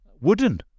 wooden